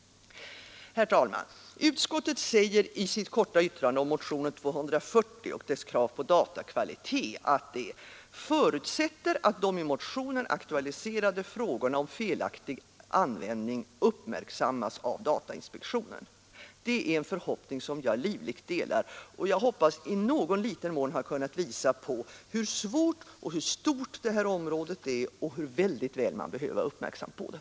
Herr talman! Utskottet säger i sitt korta yttrande om motionen 240 och dess krav på datakvalitet följande: ”Utskottet förutsätter att de i motionen aktualiserade frågorna om felaktig användning av data uppmärksammas av datainspektionen.” Det är en förhoppning som jag livligt delar, och jag hoppas också ha kunnat i någon liten mån visa på hur svårt och stort detta område är och hur väl man behöver vara uppmärksam på det.